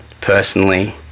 personally